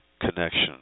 connection